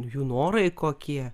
jų norai kokie